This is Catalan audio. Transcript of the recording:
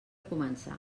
començar